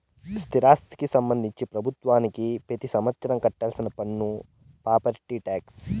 స్థిరాస్తికి సంబంధించి ప్రభుత్వానికి పెతి సంవత్సరం కట్టాల్సిన పన్ను ప్రాపర్టీ టాక్స్